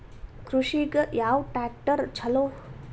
ಕೃಷಿಗ ಯಾವ ಟ್ರ್ಯಾಕ್ಟರ್ ಛಲೋ?